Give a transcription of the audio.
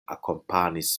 akompanis